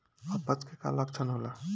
अपच के का लक्षण होला?